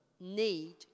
need